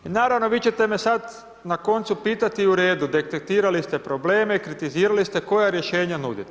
Naravno, vi ćete me sad na koncu pitati u redu, detektirali ste probleme, kritizirali ste, koja rješenja nudite?